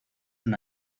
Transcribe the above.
una